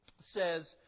says